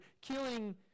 killing